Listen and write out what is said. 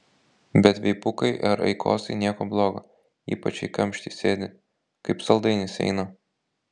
bet veipukai ar aikosai nieko blogo ypač jei kamšty sėdi kaip saldainis eina